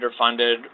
underfunded